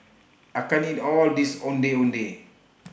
I can't eat All of This Ondeh Ondeh